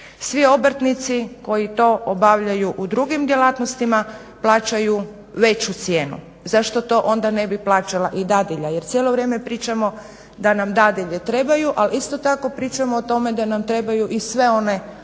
Svi obrtnici koji to obavljaju u drugim djelatnostima plaćaju veću cijenu. Zašto to onda ne bi plaćala i dadilja? Jer cijelo vrijeme pričamo da nam dadilje trebaju ali isto tako pričamo o tome da nam trebaju i sve one ostale